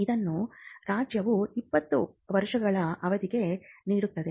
ಇದನ್ನು ರಾಜ್ಯವು 20 ವರ್ಷಗಳ ಅವಧಿಗೆ ನೀಡುತ್ತದೆ